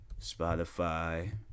Spotify